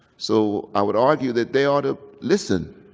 so i would argue that they ought to listen.